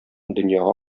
дөньяга